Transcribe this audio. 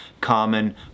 common